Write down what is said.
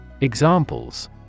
Examples